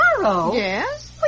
Yes